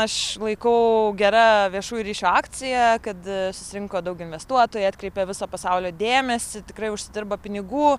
aš laikau gera viešųjų ryšių akcija kad susirinko daug investuotojai atkreipė viso pasaulio dėmesį tikrai užsidirba pinigų